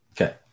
Okay